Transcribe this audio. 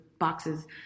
boxes